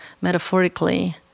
metaphorically